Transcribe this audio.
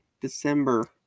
December